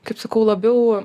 kaip sakau labiau